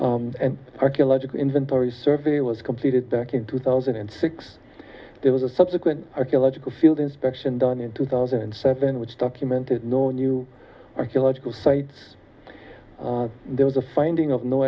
resources and archeological inventory survey was completed back in two thousand and six there was a subsequent archeological field inspection done in two thousand and seven which documented no new archaeological sites there was a finding of no